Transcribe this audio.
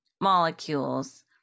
molecules